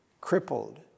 crippled